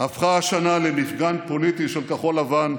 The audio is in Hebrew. הפכה השנה למפגן פוליטי של כחול לבן,